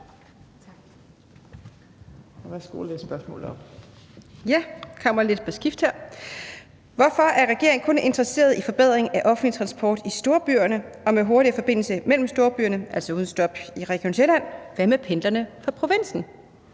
Hvorfor er regeringen kun interesseret i forbedring af offentlig transport i storbyerne og med hurtigere forbindelse mellem storbyerne (uden stop for Region Sjælland), hvad med pendlerne fra provinsen?